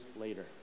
later